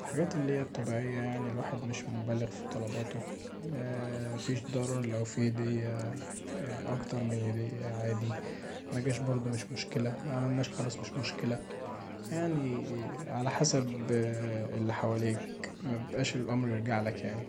الحاجات اللي هي الطبيعيه يعني الواحد مش مبالغ في طلباته مفيش ضرر لو فيه هدية، اكتر من هديه عادي، مجاش برضو مش مشكله، معملناش خالص مش مشكله، يعني علي حسب اللي حواليك، مبيبقاش الأمر يرجعلك يعني.